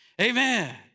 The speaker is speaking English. Amen